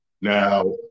Now